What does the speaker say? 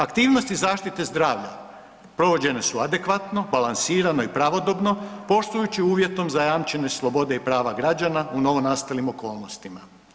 Aktivnosti zaštite zdravlja provođene su adekvatno, balansirano i pravodobno poštujući uvjetom zajamčene slobode i prava građana u novonastalim okolnostima.